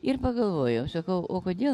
ir pagalvojau sakau o kodėl